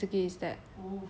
ya basically is that